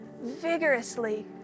vigorously